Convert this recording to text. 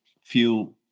feel